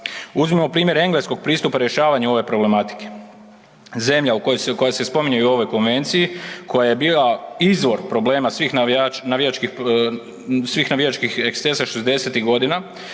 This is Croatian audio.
Uzmimo primjer engleskog pristupa rješavanju ove problematike. Zemlja u kojoj se, koja se spominje i u konvenciji koja je bila izvor problema svih navijačkih ekscesa 60-tih godina